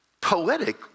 poetic